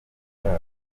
cyazo